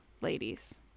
ladies